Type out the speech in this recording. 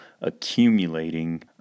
accumulating